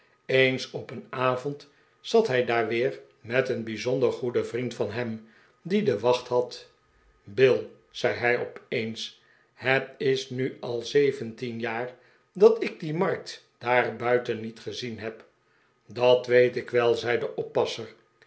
eens op een avond zat hij daar weer met een bijzonder goeden vriend van hem die de wacht had bill zei hij opeens het is nu al zeventien jaar dat ik die markt daar buiten niet gezien heb tm dat weet ik wel zei de oppasser